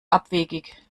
abwegig